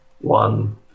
one